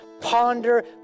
Ponder